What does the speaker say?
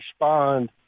respond